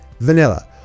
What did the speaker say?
vanilla